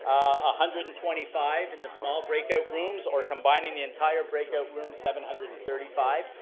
ah hundred and twenty five in the small break out rooms or combining the entire break out room, seven hundred and thirty five.